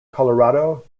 colorado